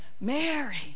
mary